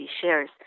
shares